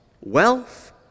wealth